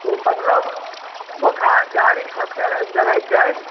ओ मतलब बोखार जार ईसब चलै चढ़ै छै